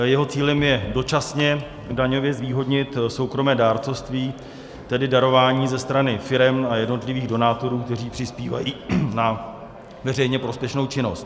Jeho cílem je daňově zvýhodnit soukromé dárcovství, tedy darování ze strany firem a jednotlivých donátorů, kteří přispívají na veřejně prospěšnou činnost.